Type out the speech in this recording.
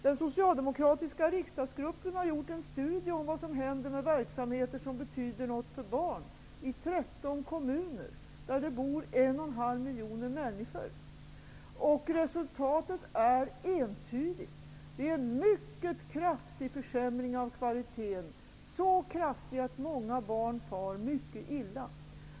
Den socialdemokratiska riksdagsgruppen har gjort ett studium om vad som händer med verksamheter som betyder något för barn i 13 kommuner där det bor en och en halv miljon människor. Resultatet är entydigt: det är en mycket kraftig försämring av kvaliteten, så kraftig att många barn far mycket illa.